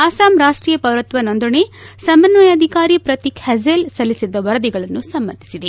ಅಸ್ಸಾಂ ರಾಷ್ಲೀಯ ಪೌರತ್ತ ನೋಂದಣಿ ಸಮನ್ತಯಾಧಿಕಾರಿ ಪ್ರತೀಕ್ ಹಜೇಲ ಸಲ್ಲಿಸಿದ್ದ ವರದಿಗಳನ್ನು ಸಮ್ಮತಿಸಿದೆ